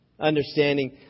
understanding